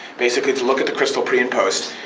basically to look at the crystal pre and post.